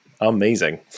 Amazing